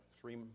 three